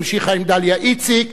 המשיכה עם דליה איציק,